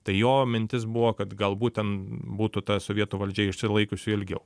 tai jo mintis buvo kad galbūt ten būtų ta sovietų valdžia išsilaikiusi ilgiau